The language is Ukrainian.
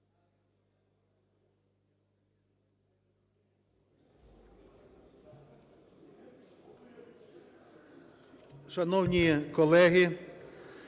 Шановні колеги,